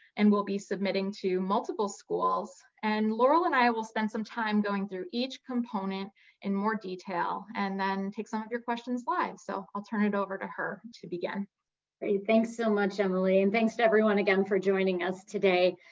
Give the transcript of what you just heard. and will be submitting to multiple schools. and laurel and i will spend some time going through each component in more detail and then take some of your questions live. so i'll turn it over to her to begin. laurel thanks so much, emily. and thanks to everyone again for joining us today.